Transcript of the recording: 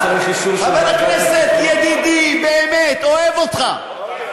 חבר הכנסת, ידידי, באמת, אוהב אותך.